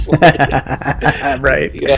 Right